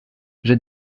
j’ai